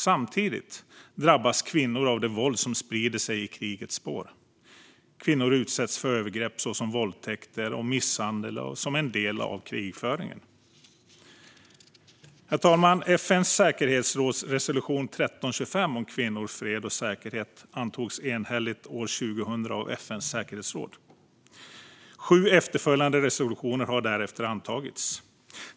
Samtidigt drabbas kvinnor av det våld som sprider sig i krigets spår. Kvinnor utsätts för övergrepp såsom våldtäkter och misshandel som en del av krigföringen. Herr talman! FN:s säkerhetsråds resolution 1325 om kvinnor, fred och säkerhet antogs enhälligt år 2000 av FN:s säkerhetsråd. Sju efterföljande resolutioner har därefter antagits.